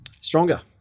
stronger